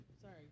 sorry